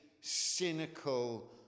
cynical